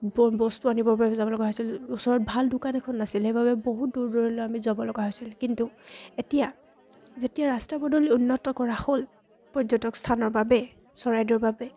ব বস্তু আনিবৰ বাবে যাব লগা হৈছিল ওচৰত ভাল দোকান এখন নাছিল সেইবাবে বহুত দূৰ দূৰণিলৈ আমি যাব লগা হৈছিল কিন্তু এতিয়া যেতিয়া ৰাস্তা পদূলি উন্নত কৰা হ'ল পৰ্যটক স্থানৰ বাবে চৰাইদেউৰ বাবে